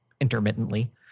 intermittently